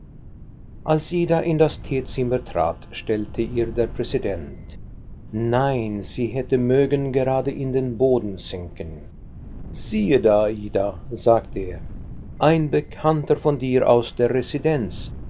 als ida in das teezimmer trat stellte ihr der präsident nein sie hätte mögen gerade in den boden sinken siehe da ida sagte er ein bekannter von dir aus der residenz